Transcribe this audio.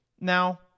Now